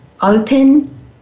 open